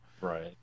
right